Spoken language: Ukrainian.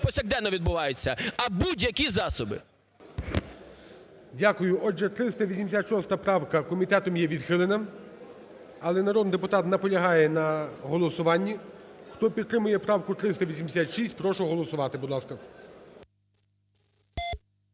повсякденно відбуваються, а будь-які засоби. ГОЛОВУЮЧИЙ. Дякую. Отже, 386 правка комітетом є відхилена, але народний депутат наполягає на голосуванні. Хто підтримує правку 386, прошу голосувати, будь ласка.